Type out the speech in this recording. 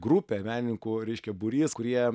grupė menininkų reiškia būrys kurie